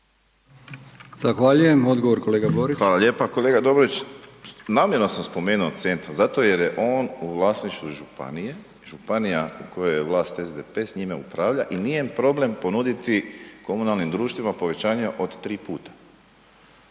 Zahvaljujem. Odgovor, kolega Borić. **Borić, Josip (HDZ)** Hvala lijepa. Kolega Dobrović, namjerno sam spomenuo centar zato jer je on u vlasništvu županija, županija u kojoj je vlast SDP s njime upravlja i nije problem ponuditi komunalnim društvima povećanje od 3 puta,